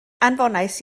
anfonais